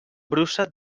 brusa